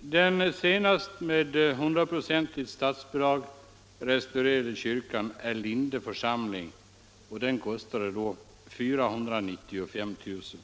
Den senast med 100-procentigt statsbidrag restaurerade kyrkan i Linde församling kostade 495 000 kr.